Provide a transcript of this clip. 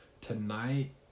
tonight